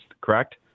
correct